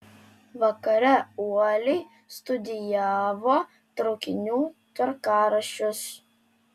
vakare uoliai studijavo traukinių tvarkaraščius